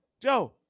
Joe